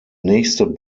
nächste